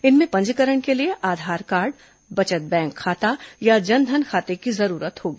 इनमें पंजीकरण के लिए आधार कार्ड बचत बैंक खाता या जन धन खाते की जरूरत होगी